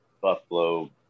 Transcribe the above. Buffalo